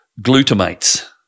glutamates